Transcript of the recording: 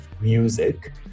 music